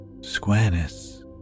squareness